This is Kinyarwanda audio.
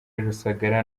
rusagara